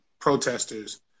protesters